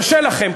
קשה לכם,